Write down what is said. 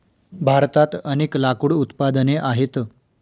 भारतात अनेक लाकूड उत्पादने आहेत